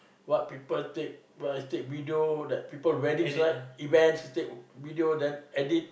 what people take wh~ take video like people wedding right events take video then edit